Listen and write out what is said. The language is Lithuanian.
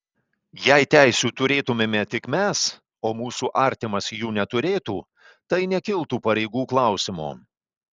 jei teisių turėtumėme tik mes o mūsų artimas jų neturėtų tai nekiltų pareigų klausimo